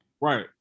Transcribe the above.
right